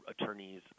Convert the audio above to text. attorneys